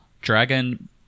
Dragon